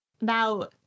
Now